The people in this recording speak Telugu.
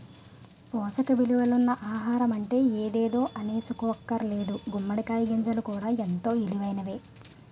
పోసక ఇలువలున్న ఆహారమంటే ఎదేదో అనీసుకోక్కర్లేదు గుమ్మడి కాయ గింజలు కూడా ఎంతో ఇలువైనయే